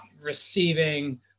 receiving